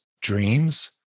dreams